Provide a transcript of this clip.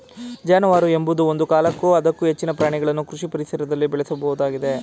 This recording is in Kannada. ಜಾನುವಾರು ಎಂಬುದು ಒಂದು ಅಥವಾ ಅದಕ್ಕೂ ಹೆಚ್ಚಿನ ಪ್ರಾಣಿಗಳನ್ನು ಕೃಷಿ ಪರಿಸರದಲ್ಲಿ ಬೇಳೆಸೋದಾಗಿದೆ